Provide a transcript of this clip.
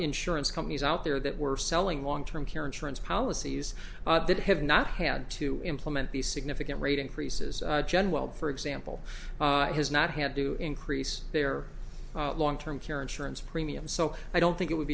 insurance companies out there that were selling long term care insurance policies that have not had to implement the significant rate increases jen wild for example has not had to increase their long term care insurance premium so i don't think it would